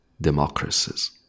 democracies